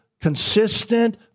consistent